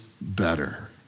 better